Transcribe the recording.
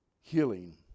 healing